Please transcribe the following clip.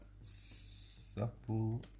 supple